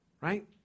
right